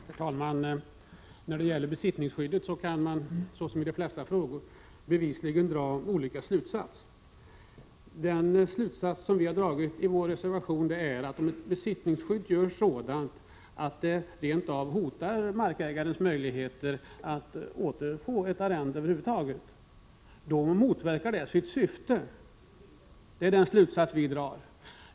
Herr talman! När det gäller besittningsskyddet kan man, som i de flesta frågor, bevisligen dra olika slutsatser. Den slutsats som vi har dragit i vår reservation är, att om besittningsskyddet görs sådant att det rent av hotar markägarens möjligheter att över huvud taget återfå ett arrende, motverkar besittningsskyddet sitt syfte. Det är den slutsats vi drar.